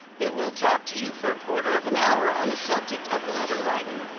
who will talk to you for a quarter of an hour on the subject of letter writing.